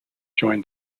joined